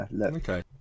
Okay